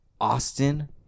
Austin